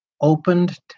opened